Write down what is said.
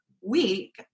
week